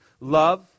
Love